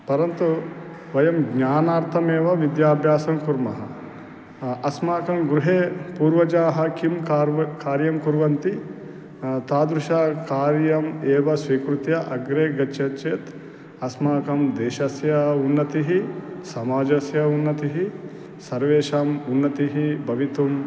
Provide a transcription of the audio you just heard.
परन्तु वयं ज्ञानार्थमेव विद्याभ्यासं कुर्मः अस्माकं गृहे पूर्वजाः किं कार्यं कार्यं कुर्वन्ति तादृशं कार्यम् एव स्वीकृत्य अग्रे गच्छन् अस्माकं देशस्य उन्नतिः समाजस्य उन्नतिः सर्वेषाम् उन्नतिः भवितुम्